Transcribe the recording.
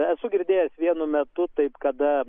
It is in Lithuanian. esu girdėjęs vienu metu taip kada